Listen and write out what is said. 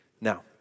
Now